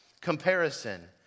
comparison